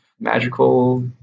magical